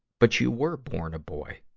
but you were born a boy.